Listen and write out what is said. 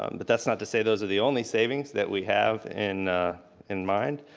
um but that's not to say those are the only savings that we have in in mind.